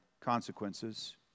consequences